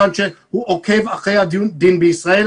מכיוון שהוא עוקב אחרי הדין בישראל.